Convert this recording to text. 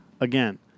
again